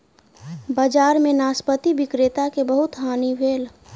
बजार में नाशपाती विक्रेता के बहुत हानि भेल